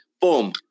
Boom